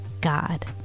God